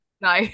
No